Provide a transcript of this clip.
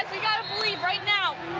we got to believe right now.